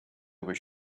was